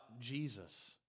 Jesus